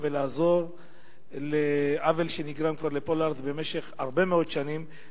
ולעזור לתיקון העוול שכבר נגרם לפולארד במשך הרבה מאוד שנים,